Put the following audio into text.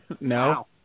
No